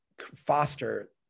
foster